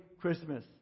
Christmas